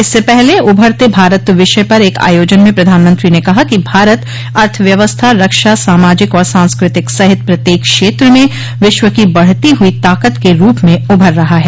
इससे पहले उभरते भारत विषय पर एक आयोजन में प्रधानमंत्री ने कहा कि भारत अर्थव्यवस्था रक्षा सामाजिक और सांस्कतिक सहित प्रत्येक क्षेत्र में विश्व की बढ़ती हुई ताकत के रूप में उभर रहा है